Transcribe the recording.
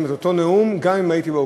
את אותו נאום גם אם הייתי באופוזיציה.